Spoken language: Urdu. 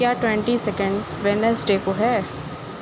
کیا ٹوئنٹی سیکنڈ ویڈنسڈے کو ہے